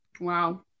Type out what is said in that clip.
Wow